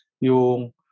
Yung